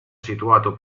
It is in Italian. situato